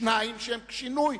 שניים שהם שינוי,